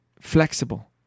flexible